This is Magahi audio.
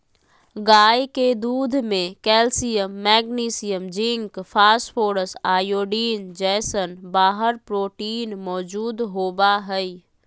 गाय के दूध में calcium, magnesium, zinc, phosphorus, iodine जैसन बारह प्रोटीन मौजूद होबा हइ